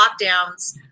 lockdowns